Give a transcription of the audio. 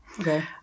Okay